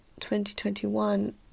2021